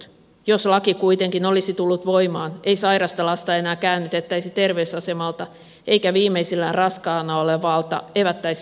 jos laki kuitenkin olisi tullut voimaan ei sairasta lasta enää käännytettäisi terveysasemalta eikä viimeisillään raskaana olevalta evättäisi välttämättömiä terveyspalveluita